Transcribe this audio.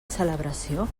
celebració